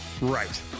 Right